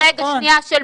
הם נתנו --- רגע, שנייה.